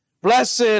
Blessed